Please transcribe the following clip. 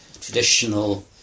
traditional